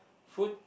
food